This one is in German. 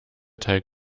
teig